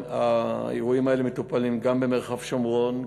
האירועים האלה מטופלים גם במרחב שומרון,